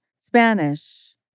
Spanish